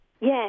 Yes